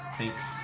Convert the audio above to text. Thanks